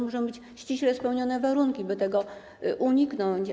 Muszą być ściśle spełnione warunki, by tego uniknąć.